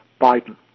Biden